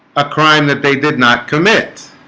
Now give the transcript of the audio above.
a crime that they did not commit